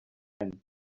and